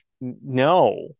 no